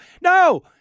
No